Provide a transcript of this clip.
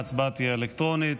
ההצבעה תהיה אלקטרונית.